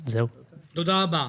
תודה רבה.